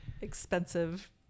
expensive